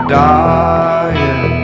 dying